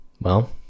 well-